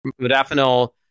modafinil